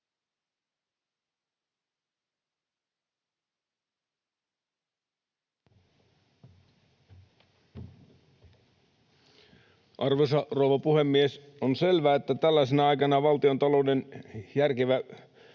Arvoisa rouva puhemies! On selvää, että tällaisena aikana valtiontalouden järkevä